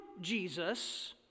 Jesus